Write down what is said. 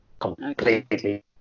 completely